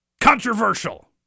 Controversial